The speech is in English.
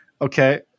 Okay